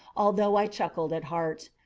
although i chuckled at heart.